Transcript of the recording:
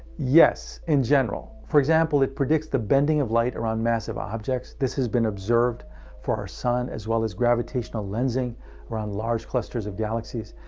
yes, in general. for example, it predicts bending of light around massive objects. this has been observed for our sun as well as gravitational lensing around large clusters of galaxies.